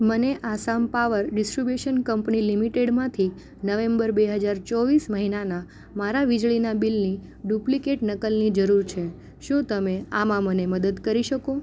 મને Assam power distribution company લિમિટેડમાંથી November બે હજાર ચોવીસ મહિનાના મારાં વીજળીનાં બિલની ડુપ્લિકેટ નકલની જરૂર છે શું તમે આમાં મને મદદ કરી શકો